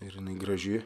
ir jinai graži